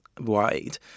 wide